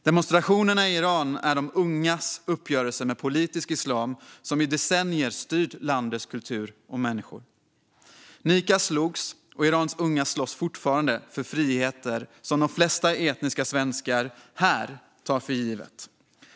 Demonstrationerna i Iran är de ungas uppgörelse med politisk islam som i decennier styrt landets kultur och människor. Nika slogs, och Irans unga slåss fortfarande, för friheter som de flesta etniska svenskar här tar för givna.